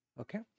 okay